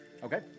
Okay